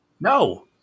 No